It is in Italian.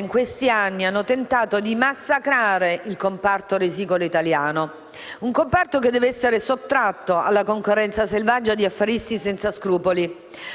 negli ultimi anni, hanno tentato di massacrare il comparto risicolo italiano; un comparto che deve essere sottratto alla concorrenza selvaggia di affaristi senza scrupoli